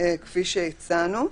כפי שהצענו.